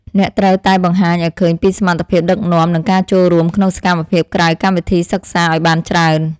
អ្នកត្រូវតែបង្ហាញឱ្យឃើញពីសមត្ថភាពដឹកនាំនិងការចូលរួមក្នុងសកម្មភាពក្រៅកម្មវិធីសិក្សាឱ្យបានច្រើន។